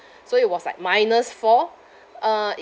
so it was like minus four uh it